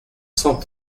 cent